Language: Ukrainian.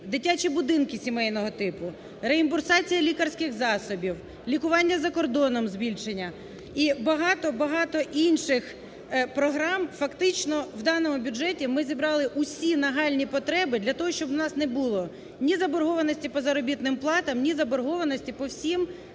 дитячі будинки сімейного типу; реімбурсація лікарських засобів; лікування за кордоном, збільшення і багато-багато інших програм. Фактично в даному бюджеті ми зібрали усі нагальні потреби для того, щоб у нас не було ні заборгованості по заробітним платам, ні заборгованості по всім